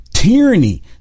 Tyranny